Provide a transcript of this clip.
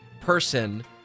person